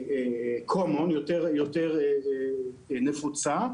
כשאומרים מיטות, מה זה אומר כשאומרים מיטות?